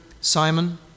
Simon